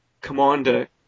commander